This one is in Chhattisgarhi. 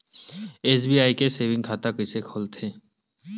एस.बी.आई के सेविंग खाता कइसे खोलथे?